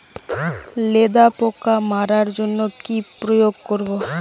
লেদা পোকা মারার জন্য কি প্রয়োগ করব?